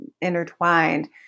intertwined